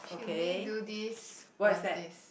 should we do this what's this